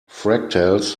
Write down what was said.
fractals